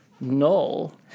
Null